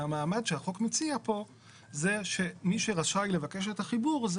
המעמד שהחוק מציע פה זה שמי שרשאי לבקש את החיבור זה